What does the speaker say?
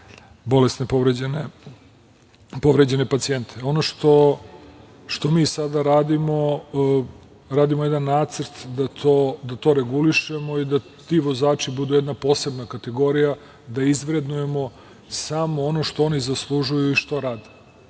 bolesne i povređene pacijente. Ono što mi sada radimo, radimo jedan nacrt da to regulišemo i da ti vozači budu jedna posebna kategorija, da izvrednujemo samo ono što oni zaslužuju i što rade.